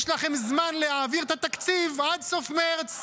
לכם זמן להעביר את התקציב עד סוף מרץ.